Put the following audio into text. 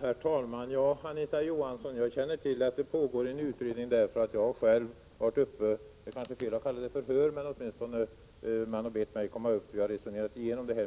Herr talman! Jag känner till att det pågår en utredning, Anita Johansson, för jag har själv varit med och resonerat